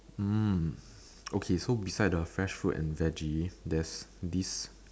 hmm okay so beside the fresh fruit and veggie there's this